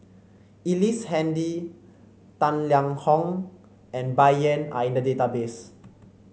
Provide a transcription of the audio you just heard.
Ellice Handy Tang Liang Hong and Bai Yan are in the database